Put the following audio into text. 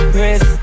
Chris